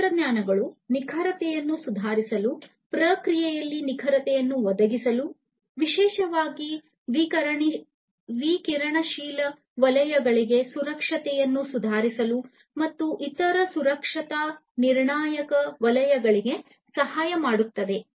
ಈ ತಂತ್ರಜ್ಞಾನಗಳು ನಿಖರತೆಯನ್ನು ಸುಧಾರಿಸಲು ಪ್ರಕ್ರಿಯೆಗಳಲ್ಲಿ ನಿಖರತೆಯನ್ನು ಒದಗಿಸಲು ವಿಶೇಷವಾಗಿ ವಿಕಿರಣಶೀಲ ವಲಯಗಳಿಗೆ ಸುರಕ್ಷತೆಯನ್ನು ಸುಧಾರಿಸಲು ಮತ್ತು ಇತರ ಸುರಕ್ಷತಾ ನಿರ್ಣಾಯಕ ವಲಯಗಳಿಗೆ ಸಹಾಯ ಮಾಡುತ್ತದೆ